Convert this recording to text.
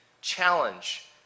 challenge